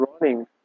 running